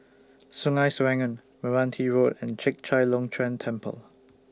Sungei Serangoon Meranti Road and Chek Chai Long Chuen Temple